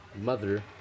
mother